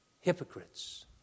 Hypocrites